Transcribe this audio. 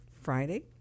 Friday